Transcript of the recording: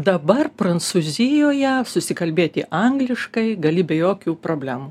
dabar prancūzijoje susikalbėti angliškai gali be jokių problemų